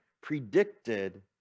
predicted